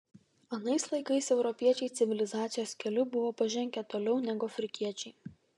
anais laikais europiečiai civilizacijos keliu buvo pažengę toliau negu afrikiečiai